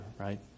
right